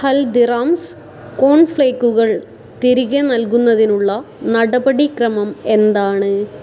ഹൽദിറാംസ് കോൺഫ്ലേക്കുകൾ തിരികെ നൽകുന്നതിനുള്ള നടപടി ക്രമം എന്താണ്